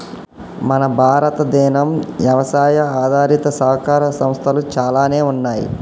మన భారతదేనం యవసాయ ఆధారిత సహకార సంస్థలు చాలానే ఉన్నయ్యి